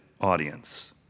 audience